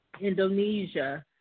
Indonesia